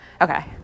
Okay